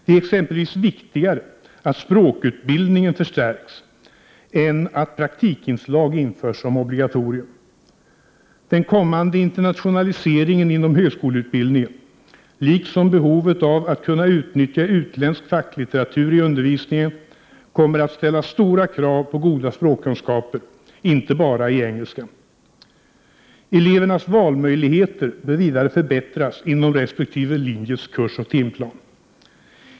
Det är exempelvis viktigare att språkutbildningen förstärks än att praktikinslag införs som obligatorium. Den kommande internationaliseringen inom högskoleutbildningen, liksom behovet att kunna utnyttja utländsk facklitteratur i undervisningen, kommer att ställa stora krav på goda språkkunskaper i inte bara engelska. Elevernas valmöjligheter bör vidare förbättras inom resp. linjes kursoch timplan.